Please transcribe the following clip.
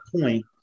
point